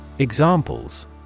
Examples